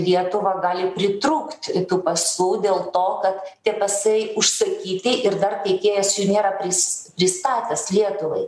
lietuva gali pritrūkti tų pasų dėl to kad tie pasai užsakyti ir dar tiekėjas jų nėra pris pristatęs lietuvai